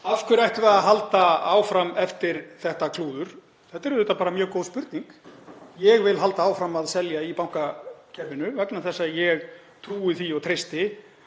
Af hverju ættum við að halda áfram eftir þetta klúður? Þetta er bara mjög góð spurning. Ég vil halda áfram að selja í bankakerfinu vegna þess að ég trúi því og treysti